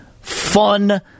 fun